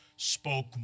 spoke